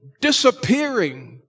disappearing